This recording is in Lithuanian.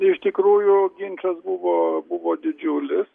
iš tikrųjų ginčas buvo buvo didžiulis